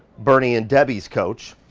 bernie and debbie's coach,